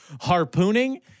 harpooning